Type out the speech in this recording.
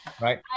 right